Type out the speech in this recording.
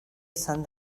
izan